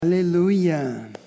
Hallelujah